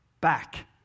back